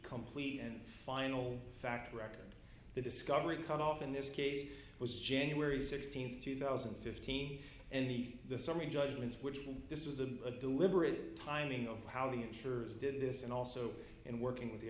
complete and final fact record the discovery cut off in this case was january sixteenth two thousand and fifteen and these summary judgments which will this was a deliberate timing of how the insurers did this and also in working with the